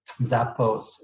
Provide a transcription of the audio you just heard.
zappos